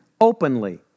openly